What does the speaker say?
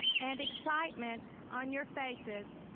and excitement on your faces,